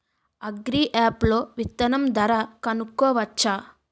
Agri app లో విత్తనం ధర కనుకోవచ్చా?